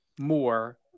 more